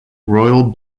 royal